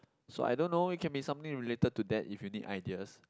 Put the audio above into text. so I don't know it can be something related to that if you need ideas